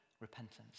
repentance